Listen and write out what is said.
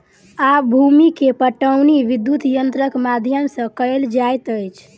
आब भूमि के पाटौनी विद्युत यंत्रक माध्यम सॅ कएल जाइत अछि